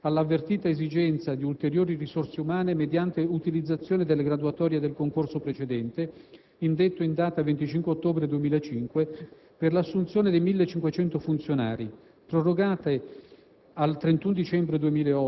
Con la mozione dei senatori Bonadonna ed altri viene segnalato che l'Agenzia delle entrate ha indetto una nuova procedura selettiva per l'assunzione di 500 funzionari con contratto di formazione e lavoro,